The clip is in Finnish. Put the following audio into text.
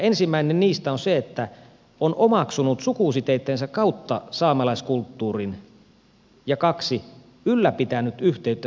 ensimmäinen niistä on se että on omaksunut sukusiteittensä kautta saamelaiskulttuurin ja toinen se että on ylläpitänyt yhteyttä siihen